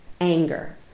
anger